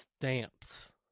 stamps